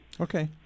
Okay